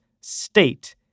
state